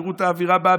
תראו את האווירה בעם,